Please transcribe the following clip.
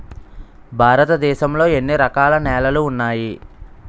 భారతదేశం లో ఎన్ని రకాల నేలలు ఉన్నాయి?